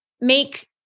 Make